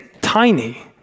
tiny